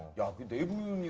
your debut,